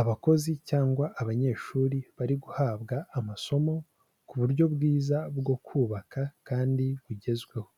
Abakozi cyangwa abanyeshuri bari guhabwa amasomo ku buryo bwiza bwo kubaka kandi bugezweho,